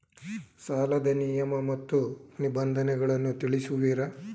ಸಾಲದ ನಿಯಮ ಮತ್ತು ನಿಬಂಧನೆಗಳನ್ನು ತಿಳಿಸುವಿರಾ?